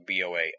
BOA